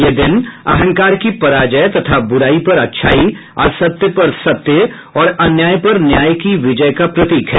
यह दिन अहंकार की पराजय तथा बुराई पर अच्छाई असत्य पर सत्य और अन्याय पर न्याय की विजय का प्रतीक है